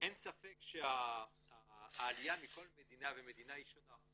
אין ספק שהעלייה מכל מדינה ומדינה היא שונה.